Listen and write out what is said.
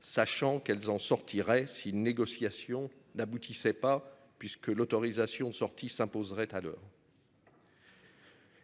Sachant qu'elles en sortirait si les négociations n'aboutissaient pas puisque l'autorisation sortie s'imposerait à l'heure.